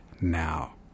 now